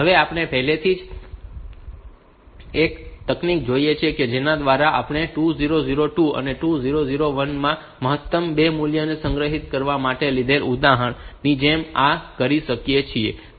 હવે આપણે પહેલેથી જ એક તકનીક જોઈ છે કે જેના દ્વારા આપણે 2002 અને 2001 માં મહત્તમ 2 મૂલ્યો સંગ્રહિત કરવા માટે લીધેલા ઉદાહરણની જેમ આ કરી શકીએ છીએ